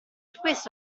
questo